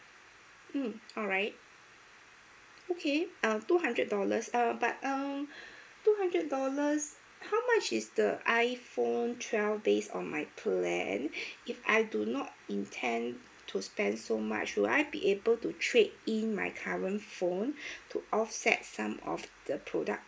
mm alright okay um two hundred dollars um but um two hundred dollars how much is the iphone twelve base on my plan if I do not intend to spend so much will I be able to trade in my current phone to offset some of the product